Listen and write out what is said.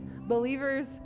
believers